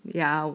ya